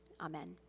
Amen